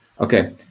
okay